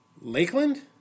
Lakeland